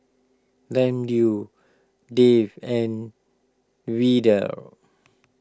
Ramdev Dev and Vedre